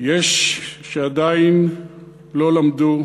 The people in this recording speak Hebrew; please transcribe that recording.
יש שעדיין לא למדו,